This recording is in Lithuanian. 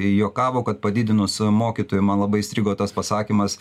į juokavo kad padidinus mokytojų man labai įstrigo tas pasakymas